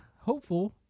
hopeful